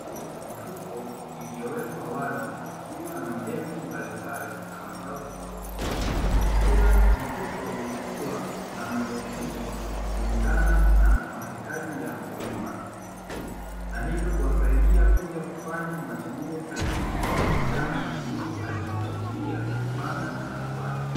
Mifuko iliyowekwa wazi ikiwa na mbegu mbalimbali za mazao tofauti, kila mfuko ukiwa na maelekezo kulingana na mahitaji ya mkulima. Na hivyo kuwasaidia kuja kufanya machaguo sahihi, kulingana na kilimo alichokusudia kupanda shambani kwake.